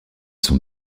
sont